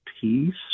peace